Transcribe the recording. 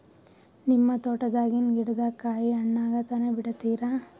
ನಿಮ್ಮ ತೋಟದಾಗಿನ್ ಗಿಡದಾಗ ಕಾಯಿ ಹಣ್ಣಾಗ ತನಾ ಬಿಡತೀರ?